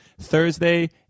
Thursday